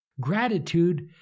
Gratitude